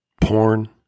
porn